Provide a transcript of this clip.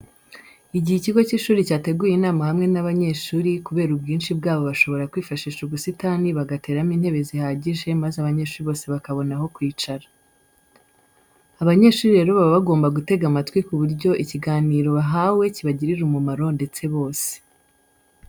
Igihe icyigo cy'ishuri cyateguye inama hamwe n'abanyeshuri kubera ubwinshi bwabo bashobora kwifashisha ubusitani bagateramo intebe zihagije maze abanyeshuri bose bakabona aho kwicara. Abanyeshuri rero baba bagomba gutega amatwi ku buryo ikiganiro bahawe kibagirira umumaro ndetse bose.